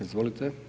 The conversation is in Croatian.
Izvolite.